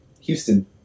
Houston